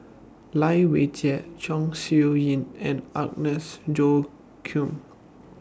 Lai Weijie Chong Siew Ying and Agnes Joaquim